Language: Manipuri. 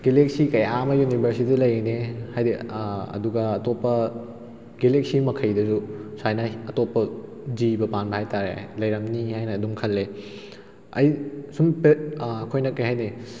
ꯒꯦꯂꯦꯛꯁꯤ ꯀꯌꯥ ꯑꯃ ꯌꯨꯅꯤꯕꯔꯁ ꯁꯤꯗ ꯂꯩꯔꯤꯅꯦ ꯍꯥꯏꯗꯤ ꯑꯗꯨꯒ ꯑꯇꯣꯞꯄ ꯒꯦꯂꯦꯛꯁꯤ ꯃꯈꯩꯗꯁꯨ ꯁꯨꯃꯥꯏꯅ ꯑꯇꯣꯞꯄ ꯖꯤꯕ ꯄꯥꯟꯕ ꯍꯥꯏꯇꯥꯔꯦ ꯂꯩꯔꯝꯅꯤ ꯍꯥꯏꯅ ꯑꯗꯨꯝ ꯈꯜꯂꯦ ꯑꯩ ꯁꯨꯝ ꯑꯩꯈꯣꯏꯅ ꯀꯔꯤ ꯍꯥꯏꯅꯤ